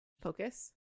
Focus